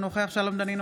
אינו נוכח שלום דנינו,